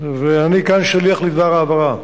ואני כאן שליח לדבר ההעברה.